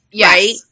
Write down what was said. right